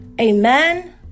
Amen